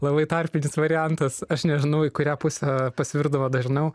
labai tarpinis variantas aš nežinau į kurią pusę pasvirdavo dažniau